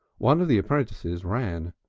one of the apprentices ran.